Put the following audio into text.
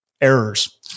errors